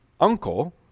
uncle